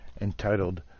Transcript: entitled